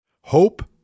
Hope